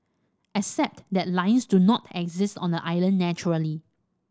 except that lions do not exist on the island naturally